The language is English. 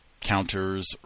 counters